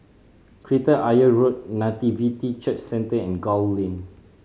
Kreta Ayer Road Nativity Church Centre and Gul Lane